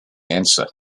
answer